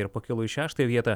ir pakilo į šeštąją vietą